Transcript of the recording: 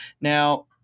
Now